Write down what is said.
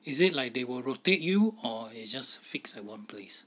is it like they will rotate you or it's just fixed at one place